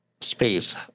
space